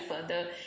further